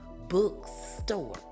bookstore